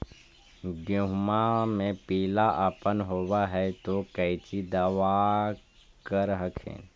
गोहुमा मे पिला अपन होबै ह तो कौची दबा कर हखिन?